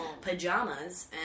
pajamas